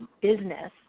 business